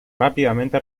rápidamente